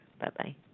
Bye-bye